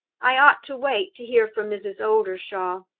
i ought to wait to hear from mrs. oldershaw.